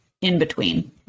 in-between